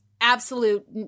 absolute